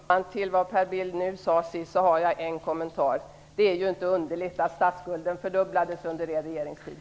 Fru talman! Till vad Per Bill sade nu sist har jag en kommentar: Det är ju inte underligt att statsskulden fördubblades under er regeringstid!